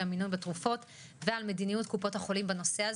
המינון בתרופות ועל מדיניות קופות החולים בנושא.